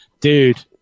Dude